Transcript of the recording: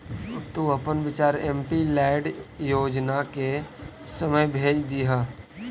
तु अपन विचार एमपीलैड योजना के समय भेज दियह